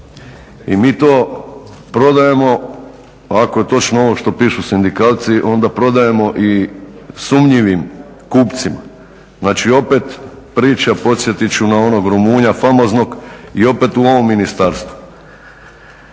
I mi to prodajemo, ako je točno ovo što pišu sindikalci onda prodajemo i sumnjivim kupcima. Znači opet priča podsjetit ću na onog Rumunja famoznog i opet u ovom ministarstvu.